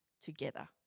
together